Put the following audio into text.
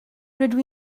rydw